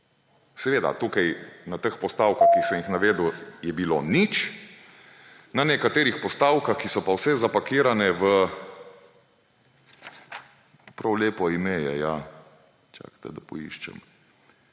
Seveda tukaj na teh postavkah, ki sem jih navedel, je bilo nič, na nekaterih postavkah, ki so pa vse zapakirane v, prav lepo ime je, ja, čakajte, da poiščem −